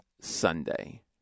Sunday